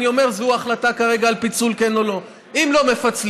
אני אומר שזאת ההחלטה כרגע על פיצול כן או לא: אם לא מפצלים,